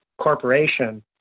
corporation